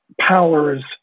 powers